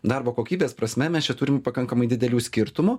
darbo kokybės prasme mes čia turim pakankamai didelių skirtumų